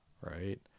right